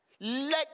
let